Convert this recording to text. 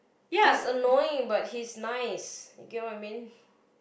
he's annoying but he's nice you get what I mean